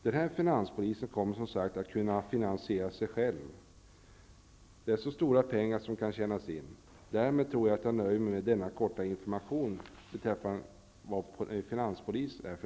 Denna finanspolis kommer, som sagt, att kunna finansiera sig själv -- så stora penar är det som kan tjänas in. Därför nöjer jag mig med denna korta information om vad en finanspolis är.